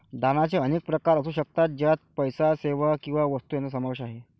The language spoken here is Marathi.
दानाचे अनेक प्रकार असू शकतात, ज्यात पैसा, सेवा किंवा वस्तू यांचा समावेश आहे